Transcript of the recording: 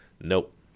nope